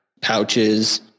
pouches